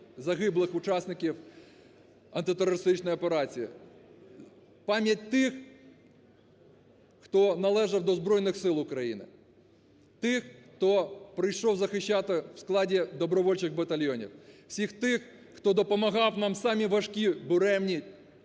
загиблих учасників антитерористичної операції. Пам'ять тих, хто належав до Збройних Сил України, тих, хто прийшов захищати в складі добровольчих батальйонів, всіх тих, хто допомагав нам в самі важкі буремні